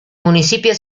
municipio